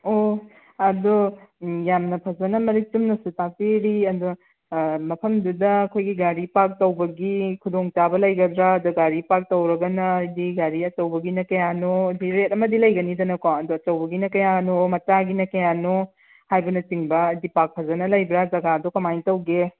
ꯑꯣ ꯑꯗꯣ ꯌꯥꯝꯅ ꯐꯖꯅ ꯃꯔꯤꯛ ꯆꯨꯝꯅꯁꯨ ꯇꯥꯛꯄꯤꯔꯤ ꯑꯗꯣ ꯃꯐꯝꯗꯨꯗ ꯑꯩꯈꯣꯏꯒꯤ ꯒꯥꯔꯤ ꯄꯥꯛ ꯇꯧꯕꯒꯤ ꯈꯨꯗꯣꯡ ꯆꯥꯕ ꯂꯩꯒꯗ꯭ꯔꯥ ꯑꯗꯨꯗ ꯒꯥꯔꯤ ꯄꯥꯛ ꯇꯧꯔꯒꯅ ꯍꯥꯏꯕꯗꯤ ꯒꯥꯔꯤ ꯑꯆꯧꯕꯒꯤꯅ ꯀꯌꯥꯅꯣ ꯔꯦꯠ ꯑꯃꯗꯤ ꯂꯩꯒꯅꯤꯗꯅꯀꯣ ꯑꯗꯣ ꯑꯆꯧꯕꯒꯤꯅ ꯀꯌꯥꯅꯣ ꯃꯆꯥꯒꯤꯅ ꯀꯌꯥꯅꯣ ꯍꯥꯏꯕꯅꯆꯤꯡꯕ ꯍꯥꯏꯕꯗꯤ ꯄꯥꯛ ꯐꯖꯅ ꯂꯩꯕ꯭ꯔꯥ ꯖꯥꯒꯥꯗꯨ ꯀꯃꯥꯏꯅ ꯇꯧꯒꯦ